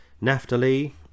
Naphtali